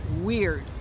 weird